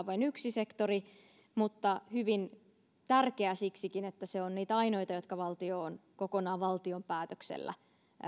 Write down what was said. vain yksi sektori mutta hyvin tärkeä siksikin että se on niitä ainoita jotka valtio on kokonaan valtion päätöksellä